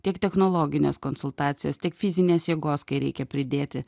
tiek technologinės konsultacijos tiek fizinės jėgos kai reikia pridėti